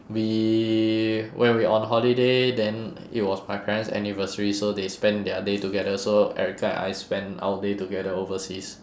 we when we on holiday then it was my parent's anniversary so they spend their day together so erika and I spend our day together overseas